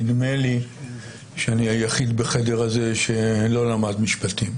נדמה לי שאני היחיד בחדר הזה שלא למד משפטים,